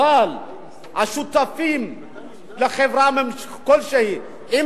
אבל השותפים לחברה כלשהי אם